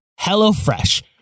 HelloFresh